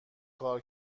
کار